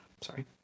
Sorry